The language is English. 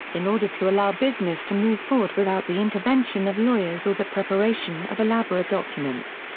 in order to allow business to move forward without the intervention of lawyers or the preparation of elaborate documents.